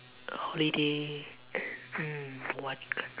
holiday hmm what